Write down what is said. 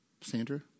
Sandra